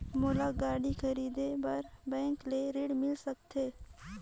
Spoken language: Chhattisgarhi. मोला गाड़ी खरीदे बार बैंक ले ऋण मिल सकथे?